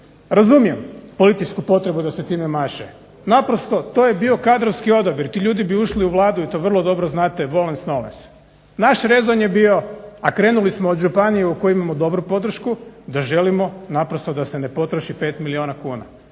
Razumijem političku potrebu da se time maše, naprosto to je bio kadrovski odabir. Ti ljudi bi ušli u Vladu i to vrlo dobro znate, volens nolens. Naš rezon je bio, a krenuli smo od županije u kojima imamo dobru podršku, da želimo naprosto da se ne potroši 5 milijuna kuna,